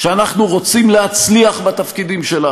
שאנחנו רוצים להצליח בתפקידים שלנו.